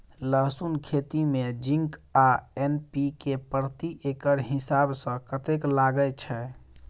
लहसून खेती मे जिंक आ एन.पी.के प्रति एकड़ हिसाब सँ कतेक लागै छै?